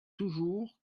toujours